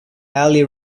ali